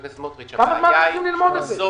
כמה זמן אתם צריכים ללמוד את זה?